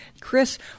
Chris